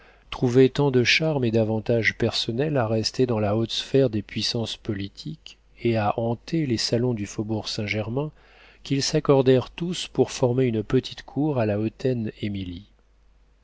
trouvaient tant de charmes et d'avantages personnels à rester dans la haute sphère des puissances politiques et à hanter les salons du faubourg saint-germain qu'ils s'accordèrent tous pour former une petite cour à la hautaine émilie